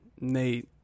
nate